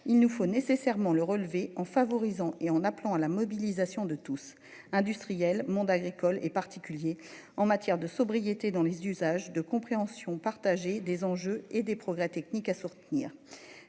Il nous faut nécessairement le relevé en favorisant et en appelant à la mobilisation de tous industriels monde agricole et particulier en matière de sobriété dans les usages de compréhension partagée des enjeux et des progrès techniques à sortir.